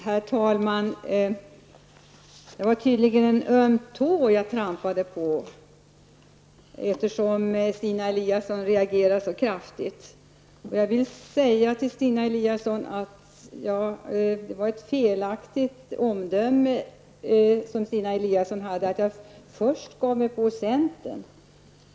Herr talman! Det var tydligen en öm tå jag trampade på, eftersom Stina Eliasson reagerade så kraftigt. Men det var ett felaktigt omdöme av Stina Eliasson att jag först skulle ge mig på centern.